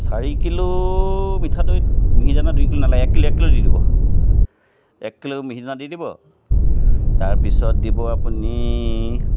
চাৰিকিলো মিঠা দৈত মিহি দানা দুই কিলো নেলাগে এক কিলো এক কিলো দি দিব এক কিলো মিহি দানা দি দিব তাৰপিছত দিব আপুনি